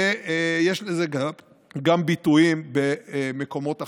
ויש לזה גם ביטויים במקומות אחרים.